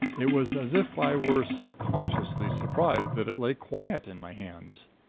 it was as if i were subconsciously surprised that it lay quiet in my hands.